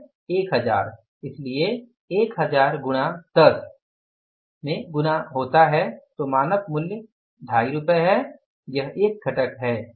1000 इसलिए 1000 गुणा 10 जिसे कितने से गुणा करना है मानक मूल्य से जो 25 रूपए है यह एक घटक है